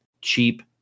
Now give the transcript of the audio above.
cheap